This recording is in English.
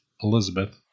Elizabeth